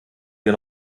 wir